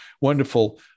wonderful